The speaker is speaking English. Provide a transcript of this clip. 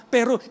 Pero